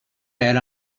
bed